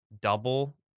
double